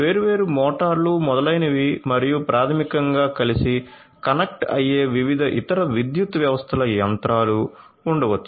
వేర్వేరు మోటార్లు మొదలైనవి మరియు ప్రాథమికంగా కలిసి కనెక్ట్ అయ్యే వివిధ ఇతర విద్యుత్ వ్యవస్థల యంత్రాలు ఉండవచ్చు